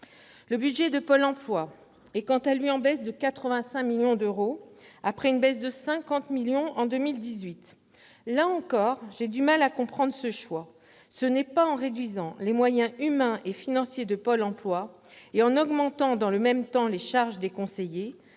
au budget de Pôle emploi, il en baisse de 85 millions d'euros, après une baisse de 50 millions d'euros en 2018. Là encore, j'ai du mal à comprendre ce choix : ce n'est pas en réduisant les moyens humains et financiers de Pôle emploi et en augmentant dans le même temps les charges des conseillers-